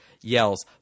yells